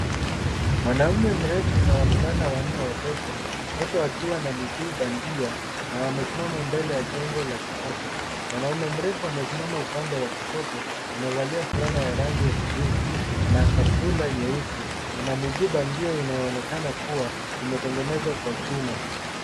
Mwanaume mrefu na wavulana wanne wadogo wote wakiwa na miguu bandia wamesimama mbele ya jengo la kisasa. Mwanaume mrefu amesimama upande wa kushoto amevalia fulana ya rangi ya kijivu na kaptura nyeusi ana miguu bandia inayoonekana kuwa imetengenezwa kwa chuma.